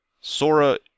Sora